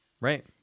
Right